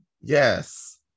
Yes